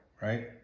right